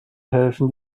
helfen